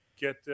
get